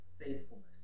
faithfulness